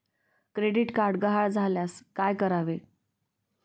Credit card गहाळ झाल्यास काय करावे?